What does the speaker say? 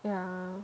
yeah